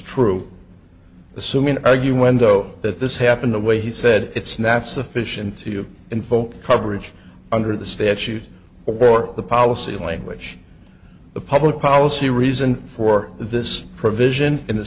true assuming argue when doe that this happened the way he said it's not sufficient to you in full coverage under the statute or the policy language the public policy reason for this provision in the